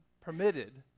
permitted